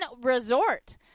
Resort